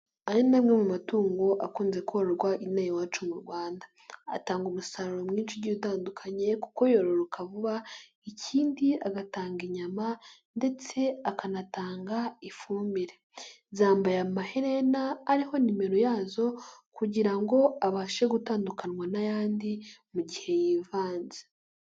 Aya ni amwe mu matungo akunze kororwa inaha iwacu mu Rwanda, atanga umusaruro mwinshi ugiye utandukanye kuko yororoka vuba ikindi agatanga inyama ndetse akanatanga ifumbire, zambaye amaherena ariho nimero yazo kugira ngo abashe gutandukanwa n'ayandi mu gihe yivanze.